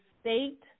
state